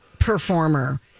performer